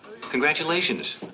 Congratulations